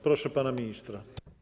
Proszę pana ministra.